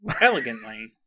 elegantly